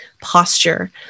posture